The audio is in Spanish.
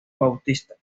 bautista